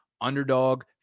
Underdog